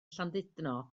llandudno